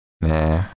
Nah